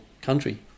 country